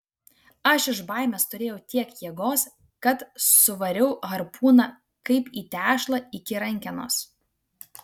aš iš baimės turėjau tiek jėgos kad suvariau harpūną kaip į tešlą iki rankenos